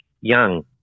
young